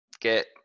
get